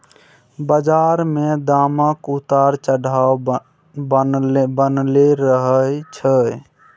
बजार मे दामक उतार चढ़ाव बनलै रहय छै